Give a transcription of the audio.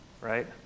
right